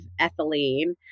ethylene